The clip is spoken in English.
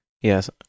Yes